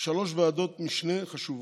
שלוש ועדות משנה חשובות: